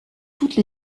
toutes